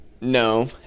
no